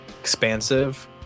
expansive